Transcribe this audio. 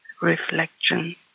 reflection